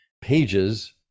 pages